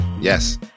Yes